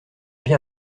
bien